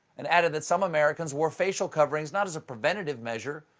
and added that some americans wore facial coverings not as a preventative measure,